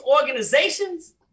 organizations